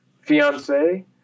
fiance